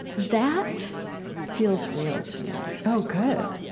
that feels real to me oh, good.